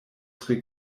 tre